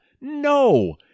No